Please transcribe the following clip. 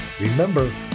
Remember